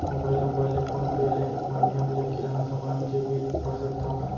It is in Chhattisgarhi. मोबाइल नम्बर ले फोन पे ले माधयम ले किराना समान के बिल भर सकथव का?